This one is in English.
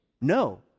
no